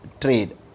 trade